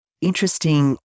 interesting